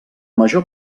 major